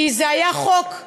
כי זה היה חוק,